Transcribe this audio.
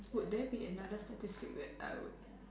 would there be another statistic that I would